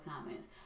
comments